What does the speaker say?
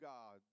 God